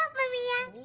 maria.